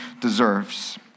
deserves